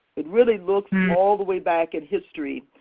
it really looks all the way back at history.